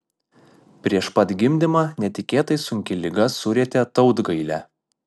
prieš pat gimdymą netikėtai sunki liga surietė tautgailę